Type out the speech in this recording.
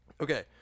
Okay